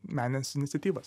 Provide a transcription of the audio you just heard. menines iniciatyvas